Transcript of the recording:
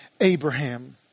Abraham